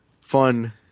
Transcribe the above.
fun